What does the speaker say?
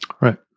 right